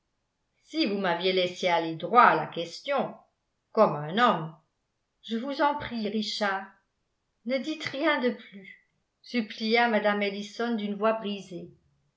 si vous m'aviez laissé aller droit à la question comme un homme je vous en prie richard ne dites rien de plus supplia mme ellison d'une voix brisée